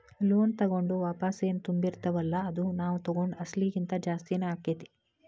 loan ತಗೊಂಡು ವಾಪಸೆನ್ ತುಂಬ್ತಿರ್ತಿವಲ್ಲಾ ಅದು ನಾವ್ ತಗೊಂಡ್ ಅಸ್ಲಿಗಿಂತಾ ಜಾಸ್ತಿನ ಆಕ್ಕೇತಿ